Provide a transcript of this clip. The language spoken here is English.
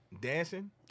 dancing